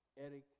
Eric